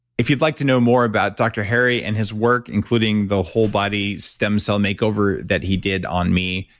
if you'd like to know more about dr. harry and his work, including the whole body stem cell makeover that he did on me.